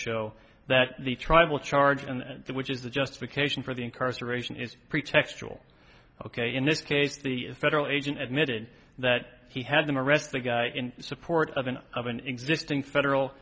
show that the tribal charge and that which is the justification for the incarceration is pretextual ok in this case the federal agent admitted that he had them arrest the guy in support of an of an existing federal